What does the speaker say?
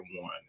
one